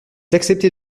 acceptez